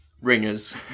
Ringers